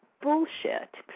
bullshit